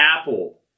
Apple